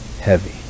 heavy